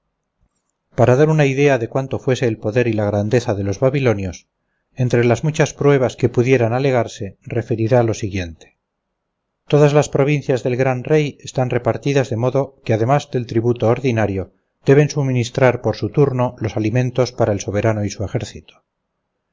para dar una idea de cuánto fuese el poder y la grandeza de los babilonios entre las muchas pruebas que pudieran alegarse referirá lo siguiente todas las provincias del gran rey están repartidas de modo que además del tributo ordinario deben suministrar por su turno los alimentos para el soberano y su ejército